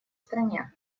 стране